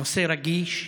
הנושא רגיש,